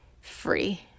free